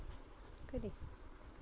करिये